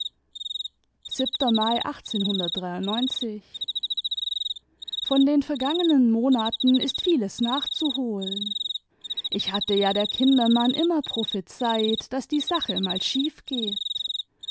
mai von den vergangenen monaten ist vieles nachzuholen ich hatte ja der kindermann immer prophezeit daß die sache mal schief geht